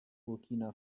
burkina